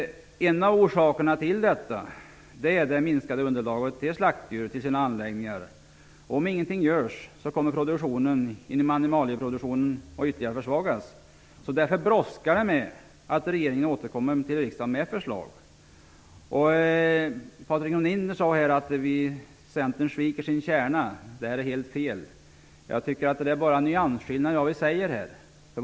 En av orsakerna till detta är det minskade underlaget till slaktdjur på anläggningarna. Om ingenting görs kommer produktionen inom anemalieproduktionen att ytterligare försvagas. Därför brådskar det med att regeringen återkommer till riksdagen med förslag. Patrik Norinder sade att Centern sviker sin kärna, men det är helt fel. Det är bara nyansskillnader i vad vi säger här.